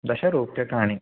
दशरूप्यकाणि